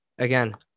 Again